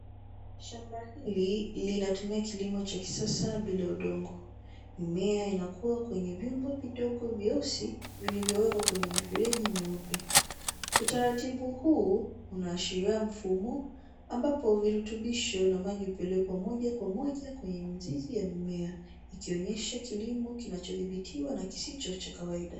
Shamba hili linatumia kilimo cha kisasa bila udongo. Mimea inakua kwenye vyombo vidogo vyeusi vilivyowekwa kwenye mifereji nyeupe. Utaratibu huu unaashiria mfumo ambapo virutubisho na maji hupelekwa moja kwa moja kwenye mizizi ya mimea ikionyesha kilimo kinachodhibitiwa na kisicho cha kawaida.